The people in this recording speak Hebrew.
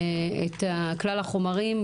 את כלל החומרים,